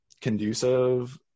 conducive